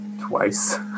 twice